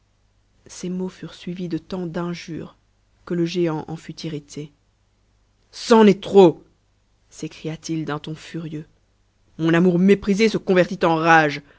ces mots furent suivis de tant d'injures que le géant en fut irrité c'en est trop sécria t h d'un ton furieux mon amour méprisé se convertit en rage